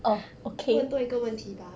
问多一个问题吧